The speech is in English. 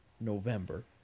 November